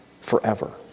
forever